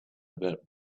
about